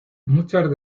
muchas